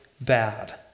bad